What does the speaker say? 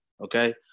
okay